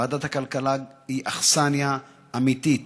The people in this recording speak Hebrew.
ועדת הכלכלה היא אכסניה אמיתית